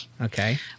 Okay